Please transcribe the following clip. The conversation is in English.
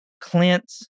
Clint